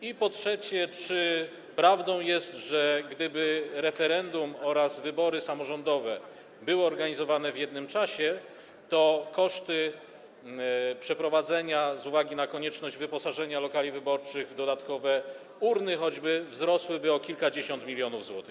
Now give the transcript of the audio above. I po trzecie, czy prawdą jest, że gdyby referendum oraz wybory samorządowe były organizowane w jednym czasie, to koszty przeprowadzenia, choćby z uwagi na konieczność wyposażenia lokali wyborczych w dodatkowe urny, wzrosłyby o kilkadziesiąt milionów złotych?